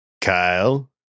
Kyle